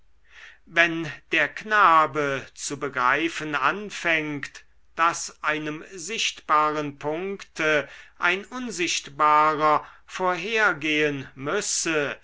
wenn der knabe zu begreifen anfängt daß einem sichtbaren punkte ein unsichtbarer vorhergehen müsse